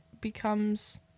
becomes